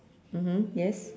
mmhmm yes